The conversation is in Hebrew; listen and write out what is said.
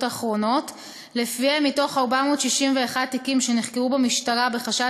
אחרונות" שלפיהם מתוך 461 תיקים שנחקרו במשטרה בחשד